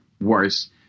worse